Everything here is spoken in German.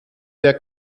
der